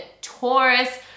Taurus